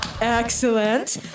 excellent